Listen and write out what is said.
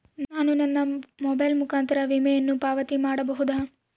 ನಾನು ನನ್ನ ಮೊಬೈಲ್ ಮುಖಾಂತರ ವಿಮೆಯನ್ನು ಪಾವತಿ ಮಾಡಬಹುದಾ?